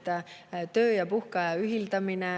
et töö‑ ja puhkeaja ühildamine,